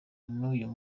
nuyu